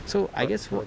so I guess what